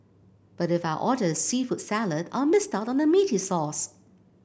but if I order the seafood salad I'll miss out on the meaty sauce